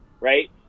right